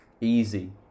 easy